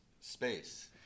space